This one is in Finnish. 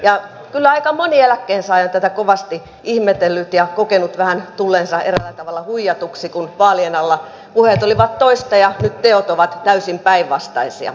ja kyllä aika moni eläkkeensaaja on tätä kovasti ihmetellyt ja kokenut tulleensa eräällä tavalla vähän huijatuksi kun vaalien alla puheet olivat toista ja nyt teot ovat täysin päinvastaisia